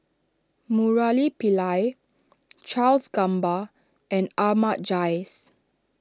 Murali Pillai Charles Gamba and Ahmad Jais